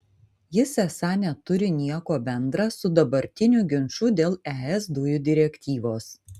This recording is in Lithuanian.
jis esą neturi nieko bendra su dabartiniu ginču dėl es dujų direktyvos